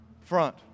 Front